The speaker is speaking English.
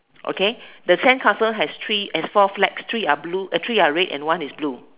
okay the sandcastle has three has four flags three are blue three are red and one is blue